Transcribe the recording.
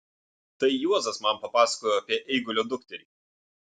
tai juozas man papasakojo apie eigulio dukterį